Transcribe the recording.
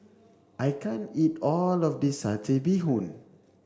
I can't eat all of this satay Bee Hoon